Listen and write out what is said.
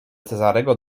cezarego